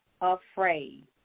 afraid